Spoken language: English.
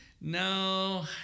No